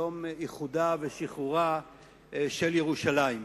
יום איחודה ושחרורה של ירושלים.